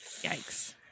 Yikes